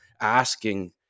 asking